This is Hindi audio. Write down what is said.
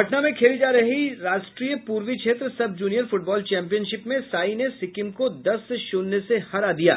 पटना में खेले जा रहे है राष्ट्रीय पूर्वी क्षेत्र सब जूनियर फुटबॉल चैम्पियनशिप में साई ने सिक्किम को दस शून्य हरा दिया